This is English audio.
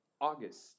August